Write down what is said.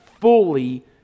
fully